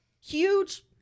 Huge